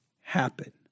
happen